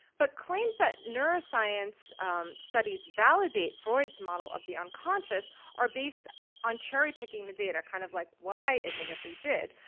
but claims that neuroscience studies validate freud's model of the unconscious are based on cherry-picking the data, kind of like what i admittedly did.